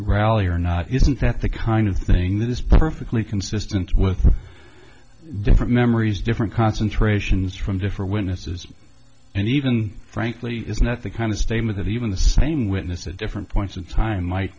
rally or not isn't that the kind of thing that is perfectly consistent with different memories different concentrations from differ witnesses and even frankly is not the kind of statement that even the same witness at different points